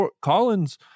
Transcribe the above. Collins